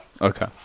Okay